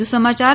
વધુ સમાચાર